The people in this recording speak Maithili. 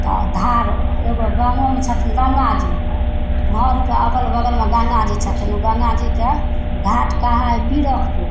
तऽ धार एगो गामोमे छथिन गङ्गाजी घरके अगल बगलमे गङ्गाजी छथिन ओ गङ्गाजीके घाट कहाँ हइ पीरथपुर